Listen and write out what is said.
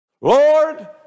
Lord